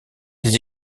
les